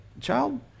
Child